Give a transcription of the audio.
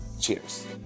cheers